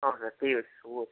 ହଁ ସାର୍ ଠିକ ଅଛି ସବୁ ଅଛି